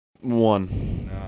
one